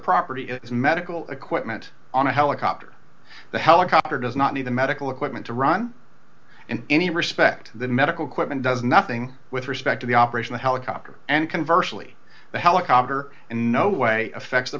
property it is medical equipment on a helicopter the helicopter does not need the medical equipment to run in any respect the medical equipment does nothing with respect to the operation the helicopter and can virtually the helicopter in no way affects the